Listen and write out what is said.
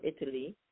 Italy